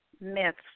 myths